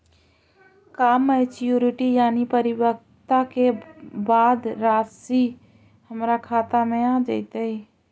का मैच्यूरिटी यानी परिपक्वता के बाद रासि हमर खाता में आ जइतई?